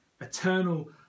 eternal